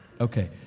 okay